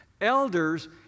Elders